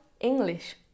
English